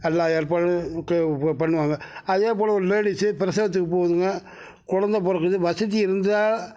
எல்லா ஏற்பாடு பண்ணுவாங்க அதே போல ஒரு லேடிஸு பிரசவத்துக்கு போதுங்க குழந்த பிறக்குது வசதி இருந்தால்